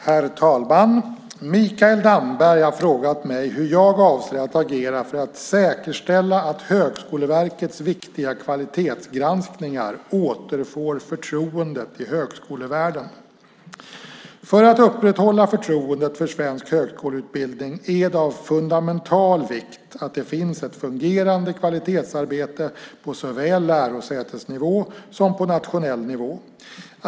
Herr talman! Mikael Damberg har frågat mig hur jag avser att agera för att säkerställa att Högskoleverkets viktiga kvalitetsgranskningar återfår förtroendet i högskolevärlden. För att upprätthålla förtroendet för svensk högskoleutbildning är det av fundamental vikt att det finns ett fungerande kvalitetsarbete på såväl lärosätesnivå som nationell nivå.